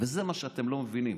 וזה מה שאתם לא מבינים.